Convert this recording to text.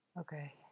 Okay